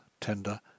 tender